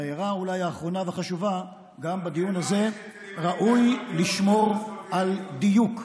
וההערה האחרונה ואולי החשובה: גם בדיון הזה ראוי לשמור על דיוק.